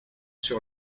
sur